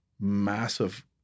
massive